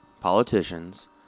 politicians